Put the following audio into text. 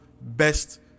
best